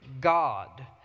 God